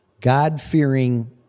God-fearing